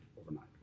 overnight